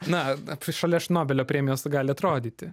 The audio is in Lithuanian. na ap šalia šnobelio premijos gali atrodyti